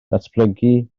datblygu